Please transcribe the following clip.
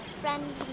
friendly